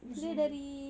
Zoom